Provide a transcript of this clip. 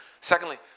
Secondly